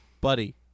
buddy